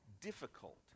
difficult